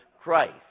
Christ